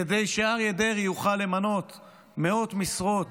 כדי שאריה דרעי יוכל למנות מאות משרות